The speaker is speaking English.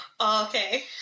Okay